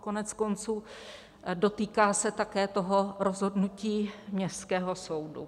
Koneckonců dotýká se také toho rozhodnutí Městského soudu.